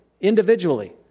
individually